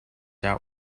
out